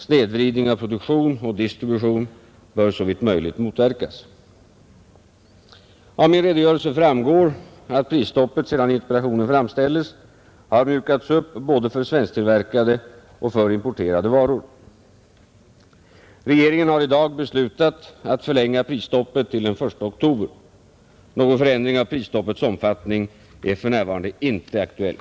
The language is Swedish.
Snedvridning av produktion och distribution bör såvitt möjligt motverkas. Av min redogörelse framgår, att prisstoppet sedan interpellationen framställdes har mjukats upp både för svensktillverkade och för importerade varor. Regeringen har i dag beslutat att förlänga prisstoppet till den I oktober. Någon förändring av prisstoppets omfattning är för närvarande inte aktuell.